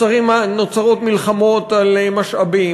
נוצרות מלחמות על משאבים,